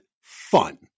fun